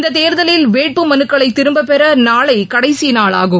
இந்த தேர்தலில் வேட்புமனுக்களை திரும்ப பெற நாளை கடைசி நாள் ஆகும்